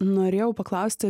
norėjau paklausti